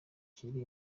kiri